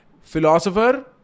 philosopher